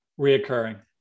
Reoccurring